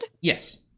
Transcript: yes